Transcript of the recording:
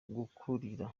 gukurira